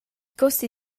costi